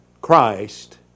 Christ